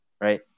right